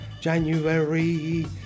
January